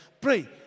Pray